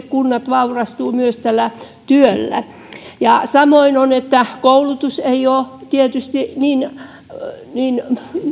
kunnat vaurastuvat myös tällä työllä samoin koulutus ei ole tietysti niin niin